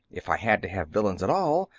if i had to have villains at all,